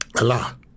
Allah